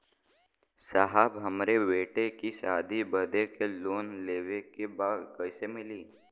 साहब हमरे बेटी के शादी बदे के लोन लेवे के बा कइसे मिलि?